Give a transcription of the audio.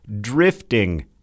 drifting